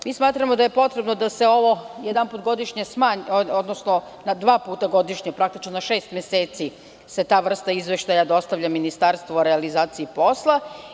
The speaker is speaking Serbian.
Smatramo da je potrebno da se ovo jedanput godišnje smanji, odnosno dva puta godišnje, praktično na šest meseci se ta vrsta izveštaja dostavlja Ministarstvu o realizaciji posla.